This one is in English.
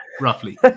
roughly